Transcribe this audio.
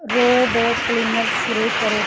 robot cleaner ਸ਼ੁਰੂ ਕਰੋ